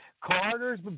Carter's